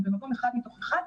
אנחנו במקום אחד מתוך אחד,